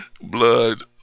blood